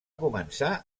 començar